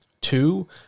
Two